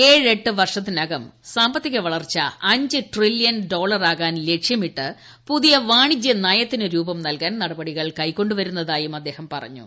ഏഴ് എട്ട് വർഷത്തിനകം സാമ്പത്തിക വളർച്ച അഞ്ച് ട്രില്ല്യൻ ഡോളറാകാൻ ലക്ഷ്യമിട്ട് പുതിയ വാണിജ്യനയത്തിന് രൂപം നൽകാൻ നടപടികൾ കൈക്കൊണ്ട് വരുന്നതായും അദ്ദേഹം പറഞ്ഞു